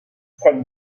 cette